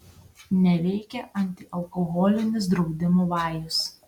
neveikia antialkoholinis draudimų vajus